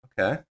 Okay